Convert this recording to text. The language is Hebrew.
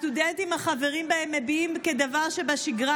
הסטודנטים החברים בהם מביעים כדבר שבשגרה